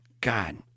God